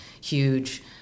huge